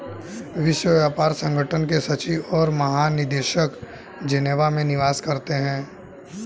विश्व व्यापार संगठन के सचिव और महानिदेशक जेनेवा में निवास करते हैं